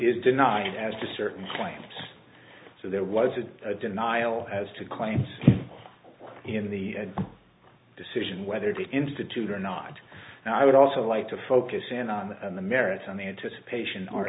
is denied as to certain points so there was a denial as to claims in the decision whether to institute or not and i would also like to focus in on the merits on the anticipation or